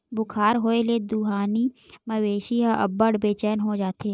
बुखार होए ले दुहानी मवेशी ह अब्बड़ बेचैन हो जाथे